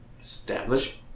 Establish